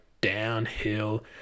downhill